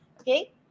Okay